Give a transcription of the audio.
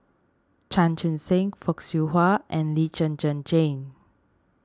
Chan Chun Sing Fock Siew Wah and Lee Zhen Zhen Jane